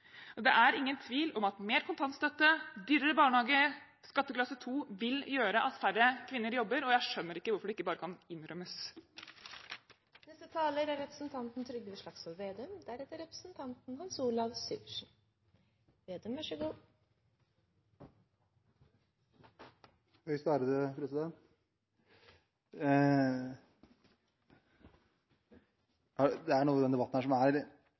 år. Det er ingen tvil om at mer kontantstøtte, dyrere barnehage og skatteklasse 2 vil gjøre at færre kvinner jobber, og jeg skjønner ikke hvorfor det ikke bare kan innrømmes. Det er noe i denne debatten som er litt forunderlig. Når regjeringen fjerner arveavgiften – som hørtes kjempeflott ut, og da tenkte jeg at det